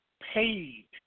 Paid